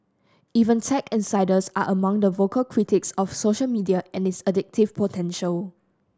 even tech insiders are among the vocal critics of social media and its addictive potential